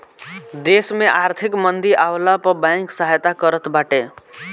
देस में आर्थिक मंदी आवला पअ बैंक सहायता करत बाटे